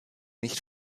nicht